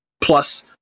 plus